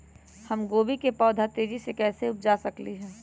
हम गोभी के पौधा तेजी से कैसे उपजा सकली ह?